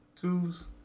Twos